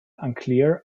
unclear